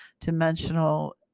dimensional